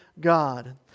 God